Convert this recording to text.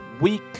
week